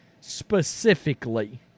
specifically